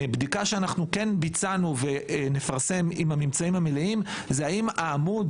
בדיקה שכן ביצענו ונפרסם עם הממצאים המלאים היא האם העמוד